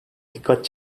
dikkat